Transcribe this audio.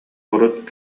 урут